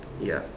ya